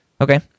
okay